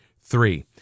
three